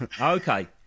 Okay